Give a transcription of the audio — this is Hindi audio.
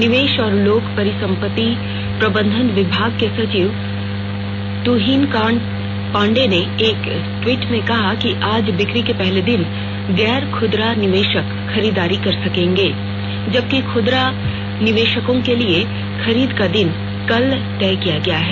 निवेश और लोक परिसंपत्ति प्रबंधन विभाग के सचिव तुहिनकांत पांडे ने एक ट्वीट में कहा है कि आज बिक्री के पहले दिन गैर खुदरा निवेशक खरीदारी कर सकेंगे जबकि खुदरा निवेशकों के लिए खरीद का दिन कल तय किया गया है